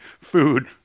food